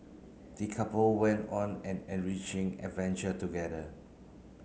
the couple went on an enriching adventure together